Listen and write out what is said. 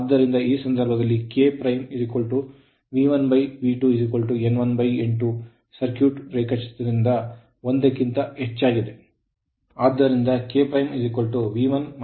ಆದ್ದರಿಂದ ಈ ಸಂದರ್ಭದಲ್ಲಿ KV1V2N1N2 ಸರ್ಕ್ಯೂಟ್ ರೇಖಾಚಿತ್ರದಿಂದ 1 ಕ್ಕಿಂತ ಹೆಚ್ಚಾಗಿದೆ